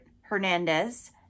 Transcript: Hernandez